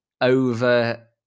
over